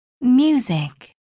Music